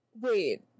Wait